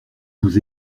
vous